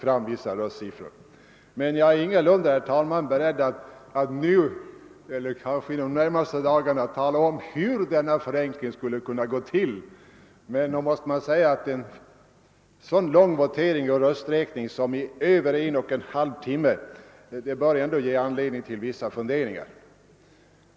Jag är dock ingalunda, herr talman, beredd att nu tala om hur denna förenkling skulle kunna gå till, men nog måste man säga att en så lång votering med rösträkning som i över en och en halv timme bör ge anledning till vissa funderingar.